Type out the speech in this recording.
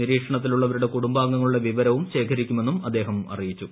നിരീക്ഷണത്തിലുള്ളവരുടെ കൂടു്ടു്ബാംഗങ്ങളുടെ വിവരവും ശേഖരിക്കുമെന്നും അദ്ദേഹം അറിയിച്ചു